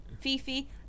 Fifi